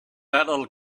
little